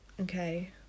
okay